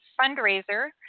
fundraiser